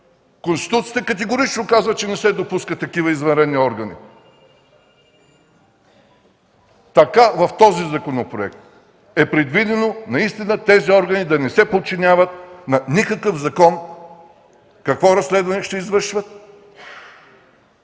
Конституцията категорично казва, че не се допускат такива извънредни органи. В този законопроект е предвидено тези органи да не се подчиняват на никакъв закон. Какво разследване ще извършват?!